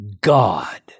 God